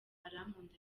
arankunda